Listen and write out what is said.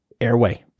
airway